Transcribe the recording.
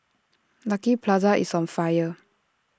Lucky Plaza is on fire